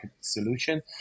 solution